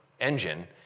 engine